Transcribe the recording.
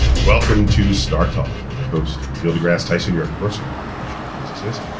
welcome to startalk, i'm your host neil degrasse tyson, your personal astrophyscist.